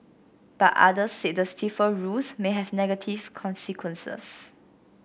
but others said the stiffer rules may have negative consequences